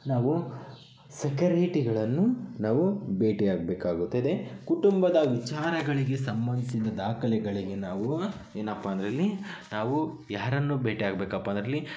ನಾವು ಸೆಕರೇಟಿಗಳನ್ನು ನಾವು ಭೇಟಿಯಾಗಬೇಕಾಗುತ್ತದೆ ಕುಟುಂಬದ ವಿಚಾರಗಳಿಗೆ ಸಂಬಂಧಿಸಿದ ದಾಖಲೆಗಳಿಗೆ ನಾವು ಏನಪ್ಪ ಅಂದರಿಲ್ಲಿ ನಾವು ಯಾರನ್ನು ಭೇಟಿಯಾಗಬೇಕಪ್ಪ ಅಂದರಿಲ್ಲಿ